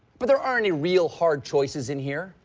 but there aren't any real hard choices in here.